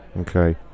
Okay